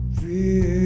real